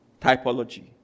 Typology